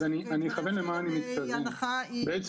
אז אני אכוון למה אני מתכוון, בעצם.